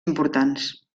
importants